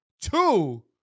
Two